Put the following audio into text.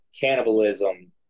Cannibalism